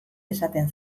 esaten